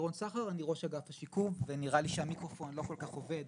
מפניות רבות שהגיעו אלינו לוועדה